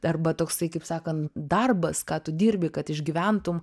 arba toksai kaip sakant darbas ką tu dirbi kad išgyventum